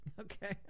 okay